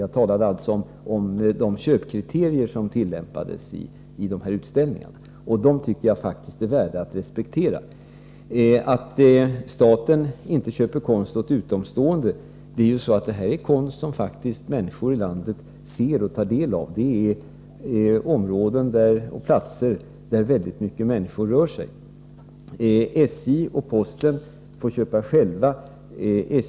Jag talade alltså om de köpkriterier som tillämpas, och de tycker jag faktiskt är värda att respektera. Staten köper inte konst åt utomstående. Det här är konst som människor i landet ser och tar del av. Konsten finns på platser där väldigt mycket människor rör sig. SJ och posten får köpa själva.